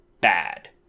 bad